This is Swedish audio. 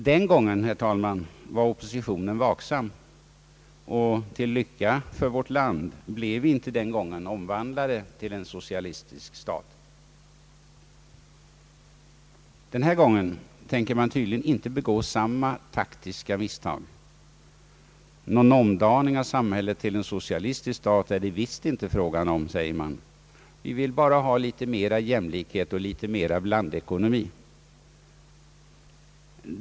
Den gången, herr talman, var oppositionen vaksam, och till lycka för vårt land blev det inte omvandlat till en socialistisk stat. Den här gången tänker man tydligen inte begå samma taktiska misstag. Någon omdaning av samhället till en socialistisk stat är det visst inte fråga om, säger man. Vi vill bara ha li tet mer jämlikhet och litet mer blandekonomi.